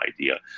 idea